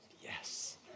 yes